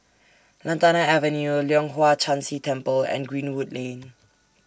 Lantana Avenue Leong Hwa Chan Si Temple and Greenwood Lane